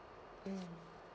mm